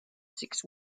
six